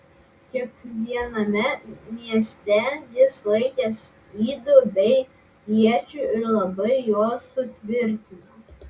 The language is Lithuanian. kiekviename mieste jis laikė skydų bei iečių ir labai juos sutvirtino